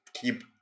keep